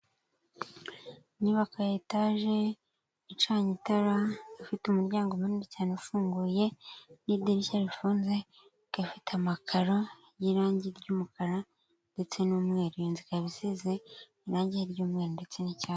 Inyubako ya etaje icanye itara, ifite umuryango munini cyane ufunguye n'idirishya rifunze, ikaba ifite amakaro y'irangi ry'umukara ndetse n'umweru. Iyi nzu ikaba isize irangi ry'umweru ndetse n'icyatsi.